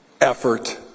effort